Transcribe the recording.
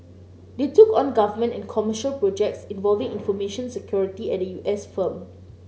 they took on government and commercial projects involving information security at the U S firm